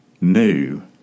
new